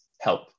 help